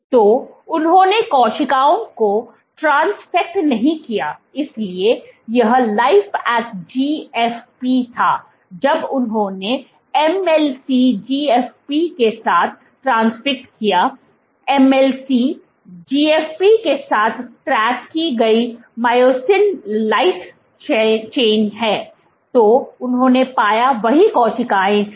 तो उन्होंने कोशिकाओं को ट्रांसफ़ेक्ट नहीं किया इसलिए यह लीफैक्ट जीएफपी Lifeact GFP था जब उन्होंने एमएलसी जीएफपी के साथ ट्रांसफ़ेक्ट किया MLC GFP के साथ टैग की गई मायोसिन लाइट चेंन है जो उन्होंने पाया वही कोशिकाएं थीं